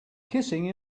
kissing